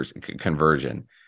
conversion